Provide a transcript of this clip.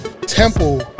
Temple